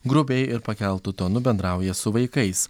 grubiai ir pakeltu tonu bendrauja su vaikais